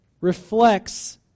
reflects